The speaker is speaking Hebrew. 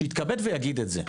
שיתכבד ויגיד את זה.